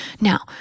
Now